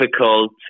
difficult